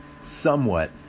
somewhat